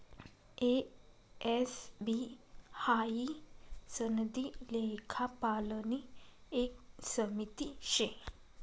ए, S, B हाई सनदी लेखापालनी एक समिती शे